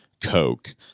Coke